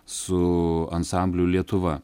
su ansambliu lietuva